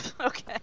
Okay